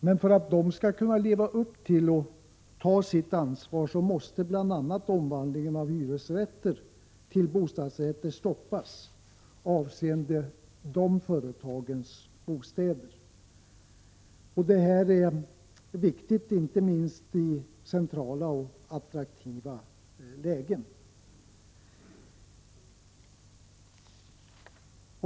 Men för att de allmännyttiga företagen skall kunna leva upp till sitt ansvar måste bl.a. ombildningen av hyresrätter till bostadsrätter hos dessa företag stoppas. Det är viktigt inte minst i centrala och attraktiva lägen.